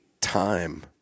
time